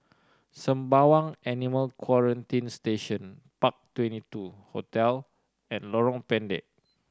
Sembawang Animal Quarantine Station Park Twenty two Hotel and Lorong Pendek